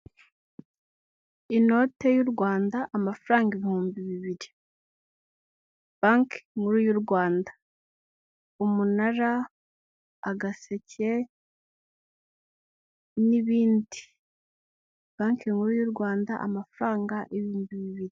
Inote y' u Rwanda amafaranga ibihumbi bibiri, banki nkuru y u Rwanda umunara, agaseke n'ibindi banki nkuru y'u Rwanda amafaranga ibihumbi bibiri.